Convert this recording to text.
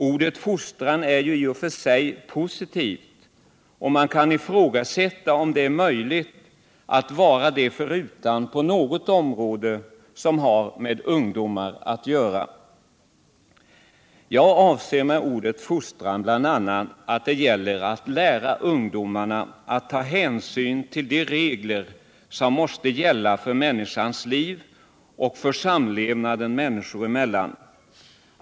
Ordet fostran är i sig positivt, och man kan ifrågasätta om det är möjligt att vara det förutan på något område som har med ungdomar att göra. Jag avser med ”fostran” bl.a. att det gäller att lära ungdomarna att ta hänsyn till de regler som måste gälla för människans liv och för samlevnaden människor emellan.